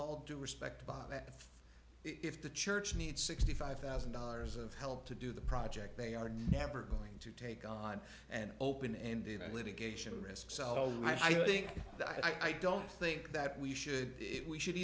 all due respect that if the church needs sixty five thousand dollars of help to do the project they are never going to take on an open ended and litigation risk so i think i don't think that we should if we should